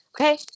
Okay